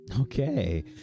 Okay